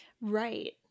right